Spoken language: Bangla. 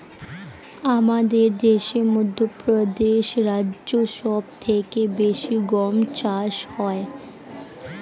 আমাদের দেশে মধ্যপ্রদেশ রাজ্যে সব থেকে বেশি গম চাষ হয়